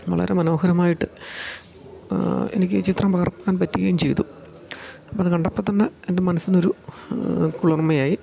വളരെ മനോഹരമായിട്ട് എനിക്ക് ഈ ചിത്രം പകർത്താൻ പറ്റുകയും ചെയ്തു അപ്പം അത് കണ്ടപ്പം തന്നെ എൻ്റെ മനസ്സിനൊരു കുളിർമ്മയായി